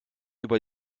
über